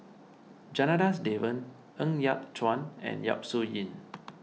Janadas Devan Ng Yat Chuan and Yap Su Yin